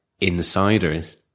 insiders